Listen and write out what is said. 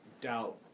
doubt